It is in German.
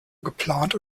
geplant